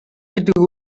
гэдэг